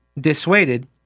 dissuaded